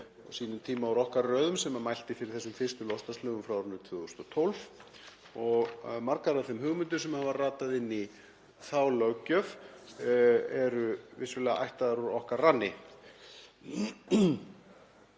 á sínum tíma úr okkar röðum sem mælti fyrir þessum fyrstu loftslagslögum frá árinu 2012 og margar af þeim hugmyndum sem hafa ratað inn í þá löggjöf eru vissulega ættaðar úr okkar ranni.